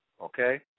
Okay